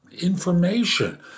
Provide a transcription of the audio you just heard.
information